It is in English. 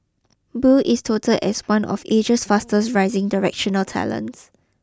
Boo is touted as one of Asia's fastest rising directorial talents